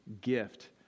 gift